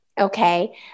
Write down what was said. Okay